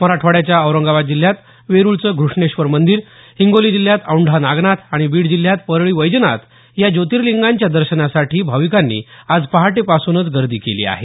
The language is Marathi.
मराठवाड्याच्या औरंगाबाद जिल्ह्यात वेरुळचं घ्रष्णेश्वर हिंगोली जिल्हात औंढा नागनाथ आणि बीड जिह्यात परळी वैजनाथ या ज्योतिर्लिंगांच्या दर्शनासाठी भाविकांनी आज पहाटेपासूनच गर्दी केली आहे